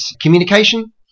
communication